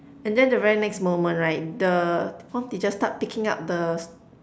and then the very next moment right the form teacher start picking up the